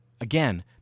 Again